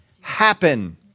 happen